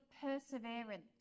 perseverance